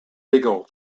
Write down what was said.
legal